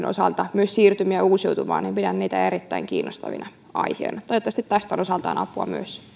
osalta siirtymiä uusiutuvaan niin pidän niitä erittäin kiinnostavina aiheina toivottavasti tästä on osaltaan apua myös